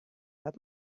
help